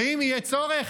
ואם יהיה צורך,